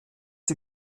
die